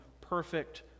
perfect